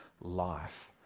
life